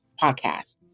podcast